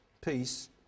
peace